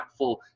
impactful